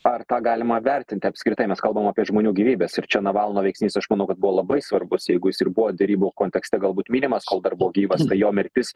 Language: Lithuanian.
ar tą galima vertinti apskritai mes kalbam apie žmonių gyvybes ir čia navalno veiksnys už manau kad buvo labai svarbus jeigu jis ir buvo derybų kontekste galbūt minimas kol dar buvo gyvas tai jo mirtis